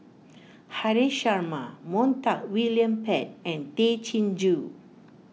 Haresh Sharma Montague William Pett and Tay Chin Joo